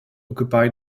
occupy